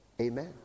Amen